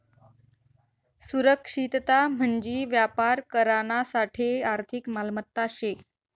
सुरक्षितता म्हंजी व्यापार करानासाठे आर्थिक मालमत्ता शे